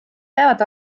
peab